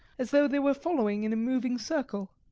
as though they were following in a moving circle.